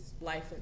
life